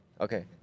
Okay